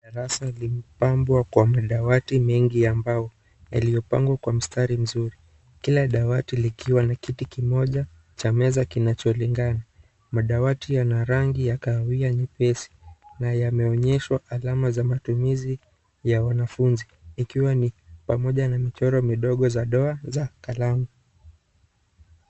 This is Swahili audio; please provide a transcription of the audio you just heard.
Darasa limepangwa kwa madawati mengi ambayo yaliyopangwa kwa mstari mzuri. Kila dawati likiwa na kiti kimoja cha meza kinacholingana. Madawati yana rangi ya kahawia nyepesi na yameonyesha alama za matumizi ya wanafuzi ikiwa ni pamoja na michoro midogo za doa za kalamu.